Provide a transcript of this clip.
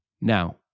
Now